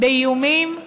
באיומים?